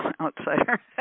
outsider